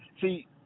See